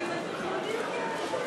חברי הכנסת, נא לשבת.